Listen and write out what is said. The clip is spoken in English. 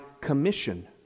commission